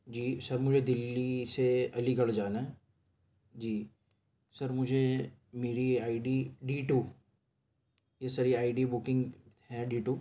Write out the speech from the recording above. جی sir مجھے دلی سے Aligarh جانا ہے جی سر مجھے میری I D D two yes sir یہ آئی ڈی بکنگ ہے ڈی ٹو